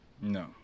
No